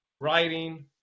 writing